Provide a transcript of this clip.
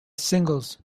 singles